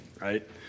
right